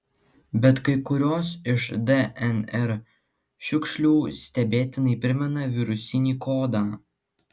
bet kai kurios iš dnr šiukšlių stebėtinai primena virusinį kodą